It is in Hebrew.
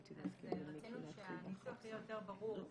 רצינו שהניסוח יהיה יותר ברור,